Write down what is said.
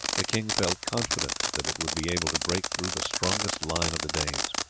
the king felt confident that it would be able to break through the strongest line of the danes.